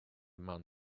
man